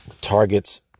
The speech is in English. targets